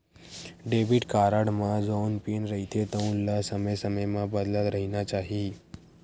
debit card म जउन PIN रहिथे तउन ल समे समे म बदलत रहिना चाही